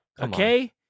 Okay